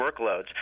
workloads